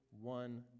one